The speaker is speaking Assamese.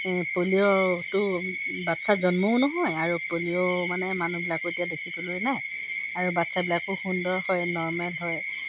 পলিঅ'তো বাচ্ছা জন্মও নহয় আৰু পলিঅ' মানে মানুহবিলাকো এতিয়া দেখিবলৈ নাই আৰু বাচ্ছাবিলাকো সুন্দৰ হয় নৰ্মেল হয়